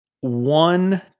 one